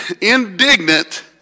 indignant